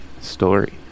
story